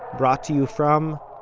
brought to you from,